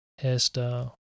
hairstyle